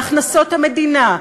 להכנסות המדינה,